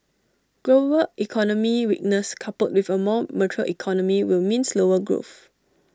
global economic weakness coupled with A more mature economy will mean slower growth